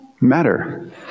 matter